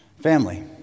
Family